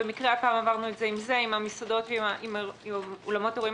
הפעם עברנו את זה עם המסעדות ועם אולמות האירועים.